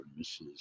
Mrs